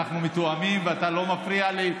אנחנו מתואמים, ואתה לא מפריע לי.